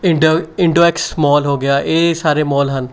Indo ਇੰਡੋਐਕਸ ਮਾਲ ਹੋ ਗਿਆ ਇਹ ਸਾਰੇ ਮਾਲ ਹਨ